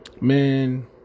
Man